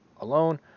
alone